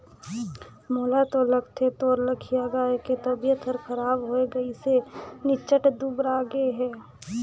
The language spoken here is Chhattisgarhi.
मोला तो लगथे तोर लखिया गाय के तबियत हर खराब होये गइसे निच्च्ट दुबरागे हे